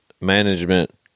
management